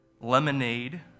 lemonade